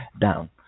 down